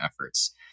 efforts